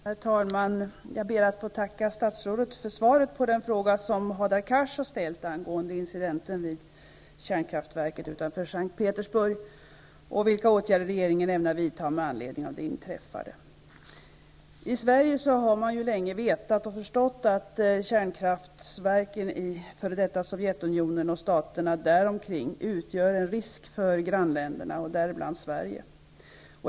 Herr talman! Jag ber att få tacka statsrådet för svaret på den fråga som Hadar Cars har ställt angående incidenten vid kärnkraftverket utanför S:t Petersburg och vilka åtgärder regeringen ämnar vidta med anledning av det inträffade. I Sverige har man länge vetat och förstått att kärnkraftverken i f.d. Sovjetunionen och staterna däromkring utgör en risk för grannländerna och däribland Sverige.